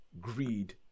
greed